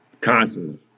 constantly